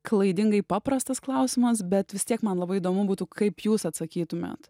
klaidingai paprastas klausimas bet vis tiek man labai įdomu būtų kaip jūs atsakytumėt